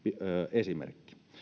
esimerkki